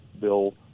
bill